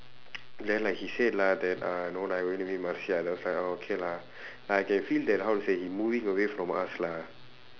then like he say lah that uh no lah I going to meet marcia then I was like orh okay lah like I can feel that how to say he moving away from us lah